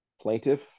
plaintiff